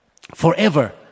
Forever